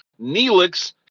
Neelix